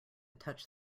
touch